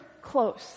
close